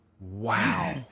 Wow